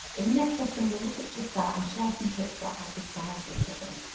in the next lesson, we'll look at just that and share some tips about how to size your cover.